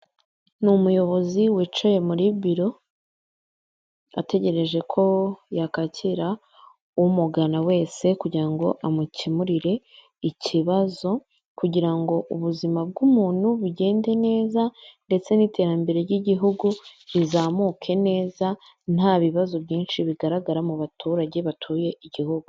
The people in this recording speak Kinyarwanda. Ni umuyobozi wicaye muri biro ategereje ko yakakira umugana wese kugira ngo amukemurire ikibazo kugira ngo ubuzima bw'umuntu bugende neza ndetse n'iterambere ry'igihugu rizamuke neza nta bibazo byinshi bigaragara mu baturage batuye igihugu .